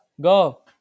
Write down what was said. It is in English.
Go